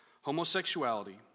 Homosexuality